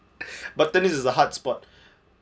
but tennis is the hot sport